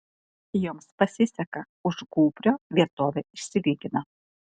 joms pasiseka už gūbrio vietovė išsilygina